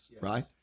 right